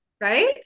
right